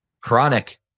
chronic